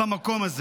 אנא שבי במקום.